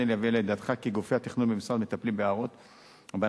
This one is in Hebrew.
הריני להביא לידיעתך כי גופי התכנון במשרד מטפלים בהערות ובהנחיות